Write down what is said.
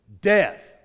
Death